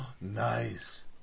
Nice